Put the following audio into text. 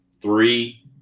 three